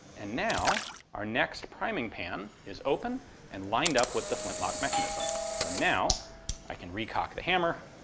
and now our next priming pan is open and lined up with the flintlock mechanism. so now i can recock the hammer,